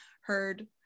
heard